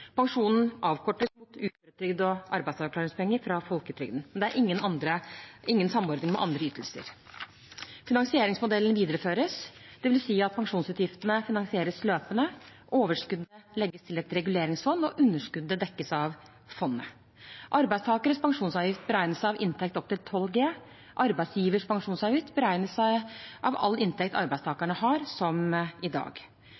Pensjonen avkortes mot uføretrygd og arbeidsavklaringspenger fra folketrygden. Det er ingen samordning med andre ytelser. Finansieringsmodellen videreføres, dvs. at pensjonsutgiftene finansieres løpende. Overskudd legges til et reguleringsfond, og underskudd dekkes av fondet. Arbeidstakers pensjonsavgift beregnes av inntekt opp til 12G. Arbeidsgivers pensjonsavgift beregnes av all inntekt arbeidstaker har, som i dag.